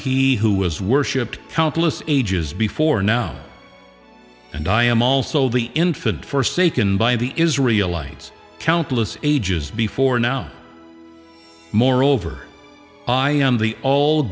he who was worshiped countless ages before now and i am also the infant forsaken by the israel lights countless ages before now moreover i am the